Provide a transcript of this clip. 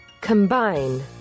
Combine